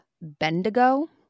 Bendigo